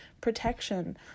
protection